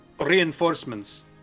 reinforcements